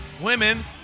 Women